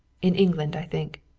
in england, i think.